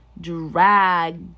drag